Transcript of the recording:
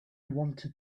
wanted